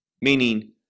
meaning